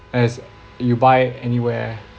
as you buy anywhere